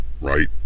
right